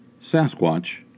Sasquatch